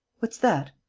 what's that?